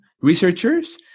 researchers